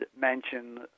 mention